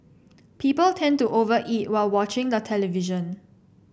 people tend to over eat while watching the television